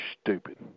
stupid